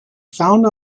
found